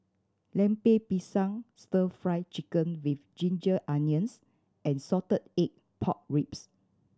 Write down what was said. Lemper Pisang Stir Fry Chicken with ginger onions and salted egg pork ribs